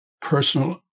personal